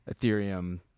Ethereum